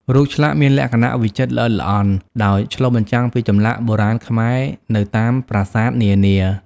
រូបឆ្លាក់មានលក្ខណៈវិចិត្រល្អិតល្អន់ ដោយឆ្លុះបញ្ចាំងពីចម្លាក់បុរាណខ្មែរនៅតាមប្រាសាទនានា ។